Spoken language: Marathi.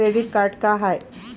क्रेडिट कार्ड का हाय?